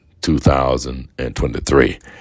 2023